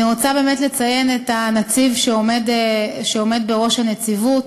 אני רוצה לציין את הנציב שעומד בראש הנציבות,